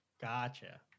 gotcha